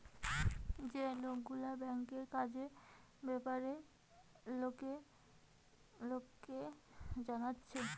যে লোকগুলা ব্যাংকের কাজের বেপারে লোককে জানাচ্ছে